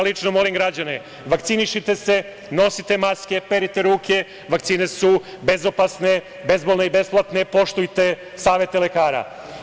Lično molim građane - vakcinišite se, nosite maske, perite ruke, vakcine su bezopasne, bezbolne i besplatne, poštujte savete lekara.